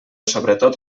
sobretot